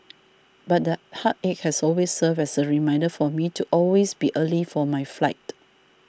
but that heartache has also served as a reminder for me to always be early for my flight